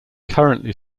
currently